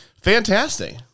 Fantastic